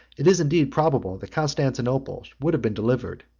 it is indeed probable that constantinople would have been delivered,